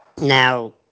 Now